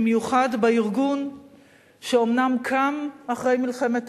במיוחד בארגון שאומנם קם אחרי מלחמת